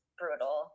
brutal